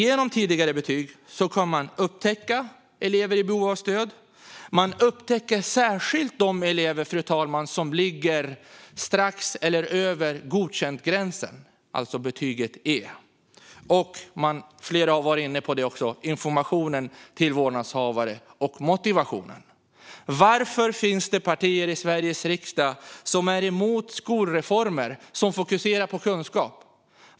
Genom tidigare betyg kommer man dock att upptäcka elever i behov av stöd. Man upptäcker särskilt de elever som ligger på eller strax över gränsen för godkänt, fru talman, alltså betyget E. Många har också varit inne på detta med information till vårdnadshavare samt motivationen. Varför finns det partier i Sveriges riksdag som är emot skolreformer som fokuserar på kunskap?